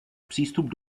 přístup